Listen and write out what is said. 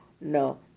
no